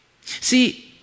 See